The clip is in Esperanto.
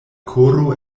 koro